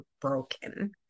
broken